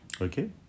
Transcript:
okay